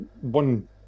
one